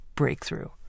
Breakthrough